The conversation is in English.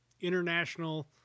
International